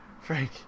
Frank